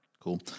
cool